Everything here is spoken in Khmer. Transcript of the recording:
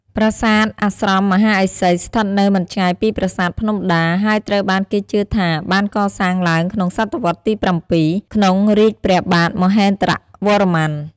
ប្រាសាទអាស្រមមហាឥសី ស្ថិតនៅមិនឆ្ងាយពីប្រាសាទភ្នំដា ហើយត្រូវបានគេជឿថាបានកសាងឡើងក្នុង សតវត្សរ៍ទី ៧ ក្នុងរាជ្យព្រះបាទមហេន្ទ្រវរ្ម័ន។